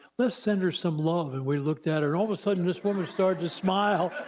let's send her some love, and we looked at her, all of a sudden, this woman started to smile